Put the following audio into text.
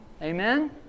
Amen